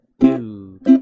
two